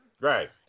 Right